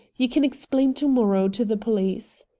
you can explain to-morrow to the police.